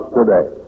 today